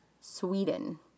Sweden